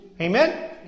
Amen